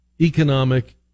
economic